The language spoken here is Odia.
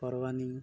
ପର୍ବାଣୀ